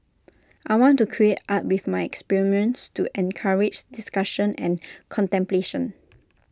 I want to create art with my experience to encourage discussion and contemplation